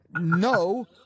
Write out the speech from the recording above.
No